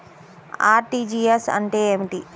RTGS అంటే ఏమిటి?